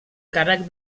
càrrec